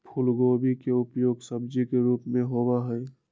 फूलगोभी के उपयोग सब्जी के रूप में होबा हई